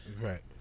Right